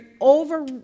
over